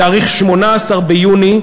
בתאריך 18 ביוני,